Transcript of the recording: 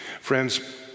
Friends